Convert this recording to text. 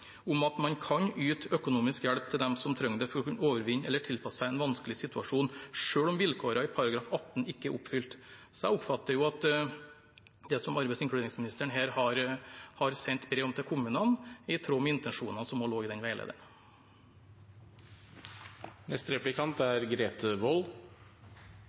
om at man kan yte økonomisk hjelp til dem som trenger det for å kunne overvinne eller tilpasse seg en vanskelig situasjon, selv om vilkårene i § 18 ikke er oppfylt. Så jeg oppfatter at det som arbeids- og inkluderingsministeren her har sendt brev om til kommunene, er i tråd med intensjonene som lå i den